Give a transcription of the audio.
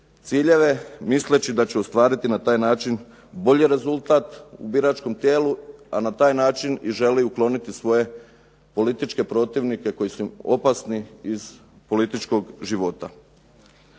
ciljeve misleći da će ostvariti na taj način bolji rezultat u biračkom tijelu, a na taj način i želi ukloniti svoje političke protivnike koji su opasni iz političkog života.